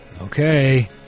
Okay